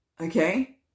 Okay